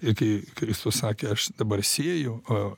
ir kai kristus sakė aš dabar sėju o